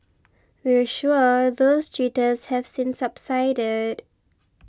we're sure those jitters have since subsided